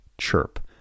CHIRP